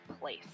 place